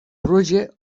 proje